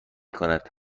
کند